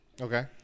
Okay